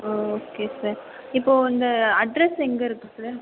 ஓ okay sir இப்போது இந்த address எங்கள் இருக்குது சார்